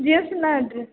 jeans ନା dress